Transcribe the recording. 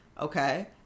Okay